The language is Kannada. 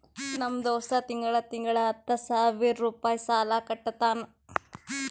ನಮ್ ದೋಸ್ತ ತಿಂಗಳಾ ತಿಂಗಳಾ ಹತ್ತ ಸಾವಿರ್ ರುಪಾಯಿ ಸಾಲಾ ಕಟ್ಟತಾನ್